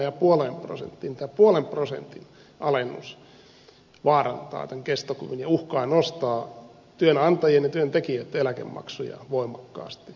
tämä puolen prosentin alennus vaarantaa tämän kestokyvyn ja uhkaa nostaa työnantajien ja työntekijöiden eläkemaksuja voimakkaasti